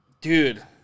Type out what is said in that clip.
Dude